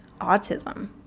autism